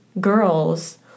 girls